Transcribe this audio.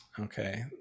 Okay